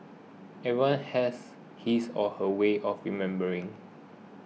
everyone has his or her way of remembering